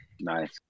nice